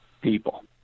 people